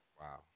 Wow